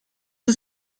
ist